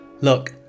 Look